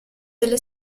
delle